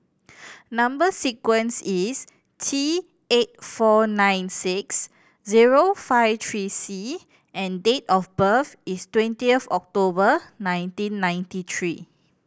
number sequence is T eight four nine six zero five three C and date of birth is twenty of October nineteen ninety three